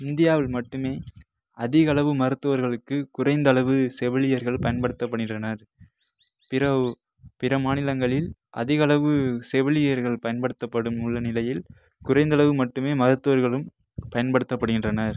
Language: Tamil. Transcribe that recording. இந்தியாவில் மட்டுமே அதிகளவு மருத்துவர்களுக்கு குறைந்தளவு செவிலியர்கள் பயன்படுத்தப் படுகின்றனர் பிறவு பிற மாநிலங்களில் அதிகளவு செலிவிலியர்கள் பயன்படுத்தப்படும் உள்ள நிலையில் குறைந்தளவு மட்டுமே மருத்துவர்களும் பயன்படுத்தப்படுகின்றனர்